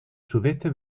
sudeste